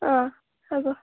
অহ হ'ব